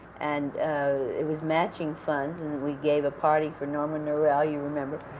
and it was matching funds, and we gave a party for norman norell, you remember,